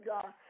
God